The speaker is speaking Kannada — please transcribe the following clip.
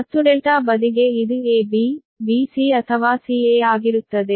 ಮತ್ತು ∆ ಬದಿಗೆ ಇದು AB BC ಅಥವಾ CA ಆಗಿರುತ್ತದೆ